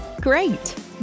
Great